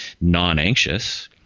non-anxious